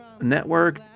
network